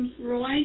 Roy